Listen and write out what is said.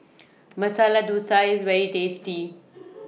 Masala Thosai IS very tasty